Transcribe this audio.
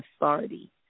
authority